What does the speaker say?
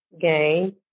gain